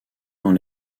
dans